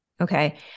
Okay